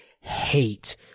hate